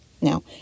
Now